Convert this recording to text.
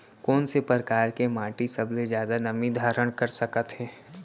कोन से परकार के माटी सबले जादा नमी धारण कर सकत हे?